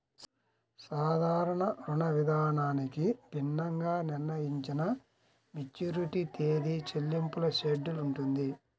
సాధారణ రుణవిధానానికి భిన్నంగా నిర్ణయించిన మెచ్యూరిటీ తేదీ, చెల్లింపుల షెడ్యూల్ ఉంటుంది